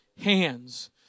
hands